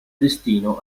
destino